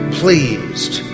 pleased